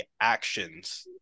actions